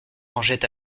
mangeait